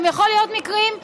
גם יכולים להיות מקרים שטועים.